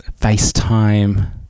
FaceTime